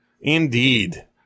Indeed